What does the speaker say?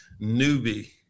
newbie